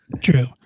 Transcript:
true